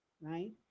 right